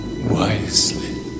wisely